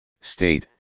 state